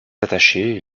attachés